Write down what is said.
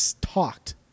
Talked